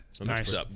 Nice